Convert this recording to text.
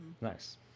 Nice